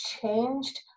changed